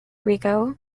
rico